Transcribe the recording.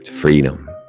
freedom